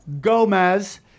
Gomez